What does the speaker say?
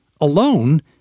alone